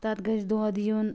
تَتھ گَژھہِ دۄدھ یُن